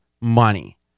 Money